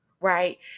right